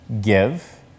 Give